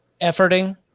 efforting